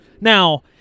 Now